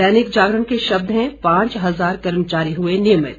दैनिक जागरण के शब्द हैं पांच हजार कर्मचारी हुए नियमित